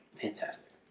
Fantastic